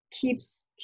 keeps